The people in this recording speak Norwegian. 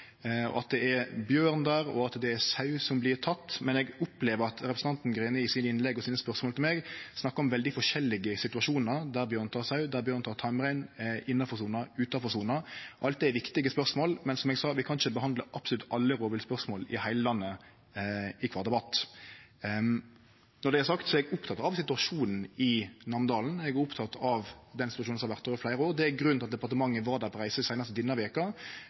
at det er bjørn der, og at det er sau som vert tekne, men eg opplever at representanten Greni i sine innlegg og spørsmål til meg snakkar om veldig forskjellige situasjonar – bjørn tek sau, bjørn tek tamrein, innanfor sona og utanfor sona. Alt det er viktige spørsmål, men, som eg sa, kan vi ikkje behandle absolutt alle rovviltspørsmål i heile landet i kvar debatt. Når det er sagt, er eg oppteken av situasjonen i Namdalen og den situasjonen som har vore der over fleire år. Det er grunnen til at departementet var på reise der seinast denne veka,